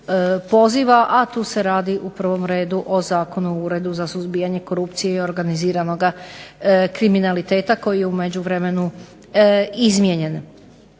poziva, a tu se radi u prvom redu o Zakon o uredu za suzbijanje korupcije i organiziranoga kriminaliteta koji je u međuvremenu izmijenjen.